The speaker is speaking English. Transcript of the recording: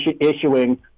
issuing